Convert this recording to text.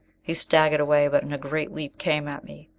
he staggered away, but in a great leap came at me